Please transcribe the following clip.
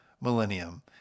millennium